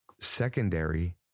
secondary